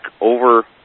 over